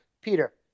Peter